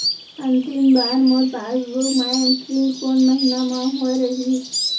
अंतिम बार मोर पासबुक मा एंट्री कोन महीना म होय रहिस?